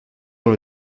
dans